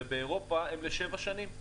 ובאירופה הם לשבע שנים.